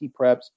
preps